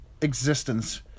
existence